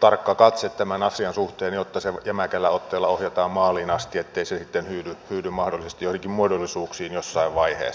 tarkka katse tämän asian suhteen jotta se jämäkällä otteella ohjataan maaliin asti ettei se sitten hyydy mahdollisesti joihinkin muodollisuuksiin jossain vaiheessa